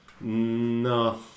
No